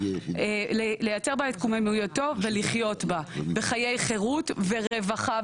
לייצר בה את קוממיותו ולחיות בה בחיי חירות ורווחה.